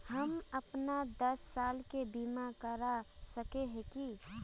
हम अपन दस साल के बीमा करा सके है की?